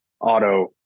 auto